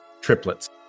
triplets